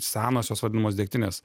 senosios vadinamos degtinės